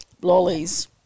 lollies